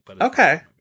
Okay